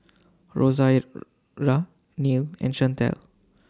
Rosaria Neil and Shantel